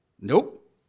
Nope